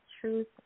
truth